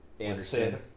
Anderson